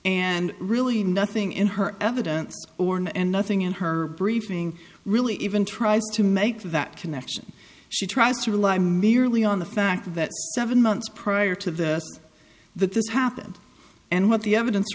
and really nothing in her evidence or in and nothing in her briefing really even tries to make that connection she tries to rely merely on the fact that seven months prior to that this happened and what the evidence